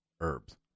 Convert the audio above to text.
Herbs